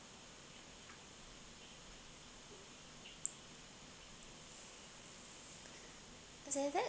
is it like that